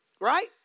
right